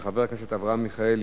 של חבר הכנסת אברהם מיכאלי,